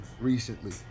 recently